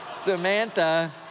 Samantha